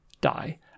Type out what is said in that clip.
die